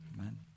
Amen